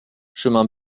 chemin